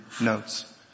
notes